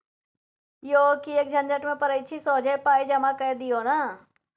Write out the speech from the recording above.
यौ किएक झंझट मे पड़ैत छी सोझे पाय जमा कए दियौ न